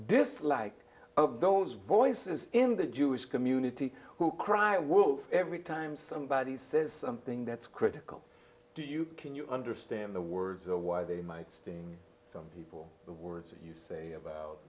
dislike of those voices in the jewish community who cry wolf every time somebody says something that's critical to you can you understand the words or why they might sting some people the words you say about